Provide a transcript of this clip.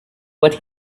what